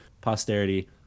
posterity